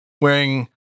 wearing